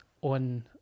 on